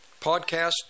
Podcast